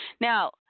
Now